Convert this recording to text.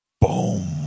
boom